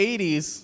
80s